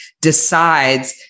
decides